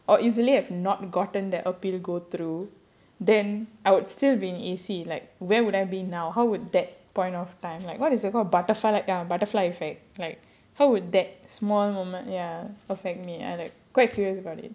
or easily have not gotten that appeal go through then I would still be in A_C like where would I be now how would that point of time like what is it called butterfly ya butterfly effect like how would that small moment ya affect I like quite curious about it